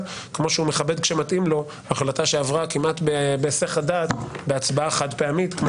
כמו שהוא מכבד כשמתאים לו החלטה שעברה כמעט בהיסח הדעת בהצבעה חד פעמית.